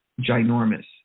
ginormous